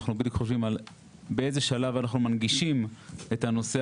אנחנו בדיוק חושבים על באיזה שלב אנחנו מנגישים את הנושא